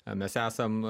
a mes esam